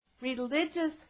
Religious